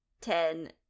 ten